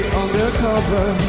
undercover